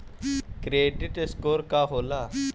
Credit score का होला?